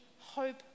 hope